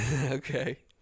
Okay